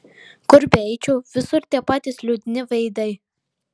kur beeičiau visur tie patys liūdni veidai